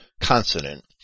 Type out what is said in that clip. consonant